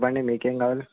చెప్పండి మీకు ఏం కావాలి